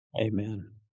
Amen